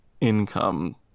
income